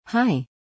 Hi